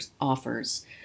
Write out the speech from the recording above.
offers